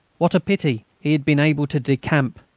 what a pity he had been able to decamp!